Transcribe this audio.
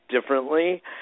differently